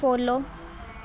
follow